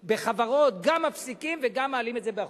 ובחברות גם מפסיקים וגם מעלים את זה ב-1%.